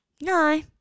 No